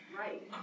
right